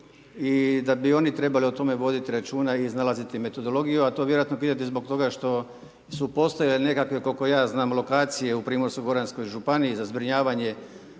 i da bi oni trebali o tome voditi računa i iznalaziti metodologiju, a to vjerojatno pitate zbog toga što su postojale nekakve, kol'ko ja znam, lokacije u Primorsko-goranskoj županiji za zbrinjavanje